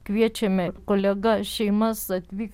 kviečiame kolega šeimas atvyk